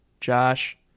josh